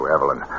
Evelyn